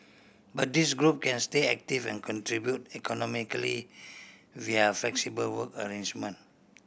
but this group can stay active and contribute economically via flexible work arrangement